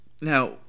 Now